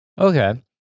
Okay